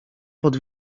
pod